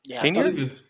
Senior